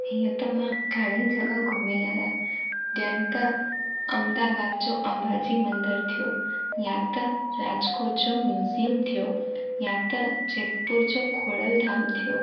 हीअं त मां घणेई जॻह घुमी आहियां ॾियनि त अ्महदाबाद जो अम्बा जी मंदरु थियो या त राजकोट जो म्यूज़ियम थियो या त झिरकपुर जो खोड़ल धाम थेयो